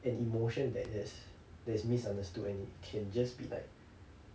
an emotion that that's that's misunderstood and can just be like